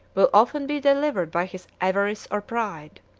will often be delivered by his avarice or pride.